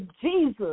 Jesus